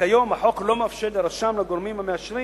כיום החוק לא מאפשר לרשם הגורמים המאשרים